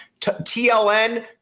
tln